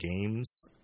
games